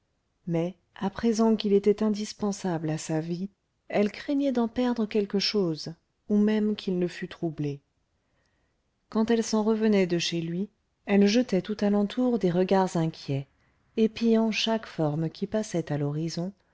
mais à présent qu'il était indispensable à sa vie elle craignait d'en perdre quelque chose ou même qu'il ne fût troublé quand elle s'en revenait de chez lui elle jetait tout alentour des regards inquiets épiant chaque forme qui passait à l'horizon